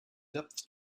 depth